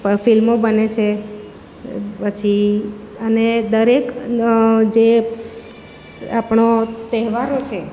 ફિલ્મો બને છે પછી અને દરેક જે આપણો તહેવારો છે